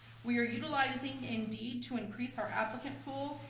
we are utilizing indeed to increase our applicant pool,